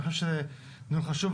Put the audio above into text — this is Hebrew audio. אני חושב שזה הוא דיון חשוב,